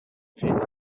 feel